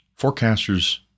forecasters